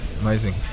amazing